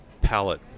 palette